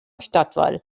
stadtwall